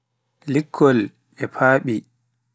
liccol, paaɓi